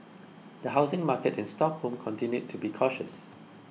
the housing market in Stockholm continued to be cautious